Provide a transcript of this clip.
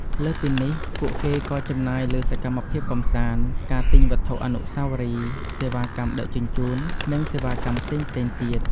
លើសពីនេះ ពួកគេក៏ចំណាយលើសកម្មភាពកម្សាន្ត ការទិញវត្ថុអនុស្សាវរីយ៍ សេវាកម្មដឹកជញ្ជូន និងសេវាកម្មផ្សេងៗទៀត។